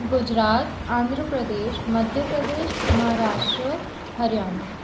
Gujarat Andhra Pradesh Madhya Pradesh Maharashtra Haryana